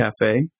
Cafe